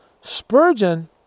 Spurgeon